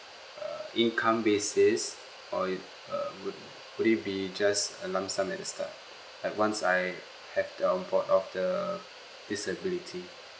err income basis or it uh would would it be just a lump sum at the start at once I have the of the disability